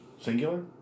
Singular